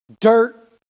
dirt